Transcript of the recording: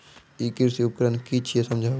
ई कृषि उपकरण कि छियै समझाऊ?